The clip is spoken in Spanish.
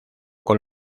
con